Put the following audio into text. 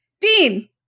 Dean